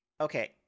Okay